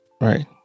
right